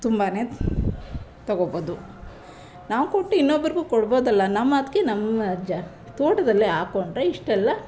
ತುಂಬನೇ ತಗೊಳ್ಬೋದು ನಾವು ಕೊಟ್ಟು ಇನ್ನೊಬ್ರಿಗೂ ಕೊಡ್ಬೋದಲ್ಲ ನಮ್ಮ ಅದಕ್ಕೆ ನಮ್ಮ ಜ ತೋಟದಲ್ಲೇ ಹಾಕೊಂಡ್ರೆ ಇಷ್ಟೆಲ್ಲ